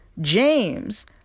James